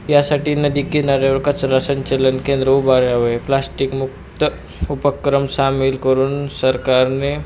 यासाठी नदीकिनाऱ्यावर कचरा संचलन केंद्र उभारावे प्लास्टिकमुक्त उपक्रम सामील करून सरकारने